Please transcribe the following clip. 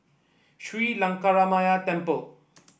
Sri Lankaramaya Temple